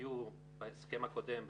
היו בהסכם הקודם,